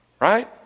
Right